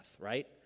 right